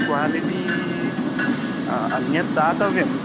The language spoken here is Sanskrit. क्वालिटी अन्यत् दातव्यम्